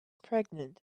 pregnant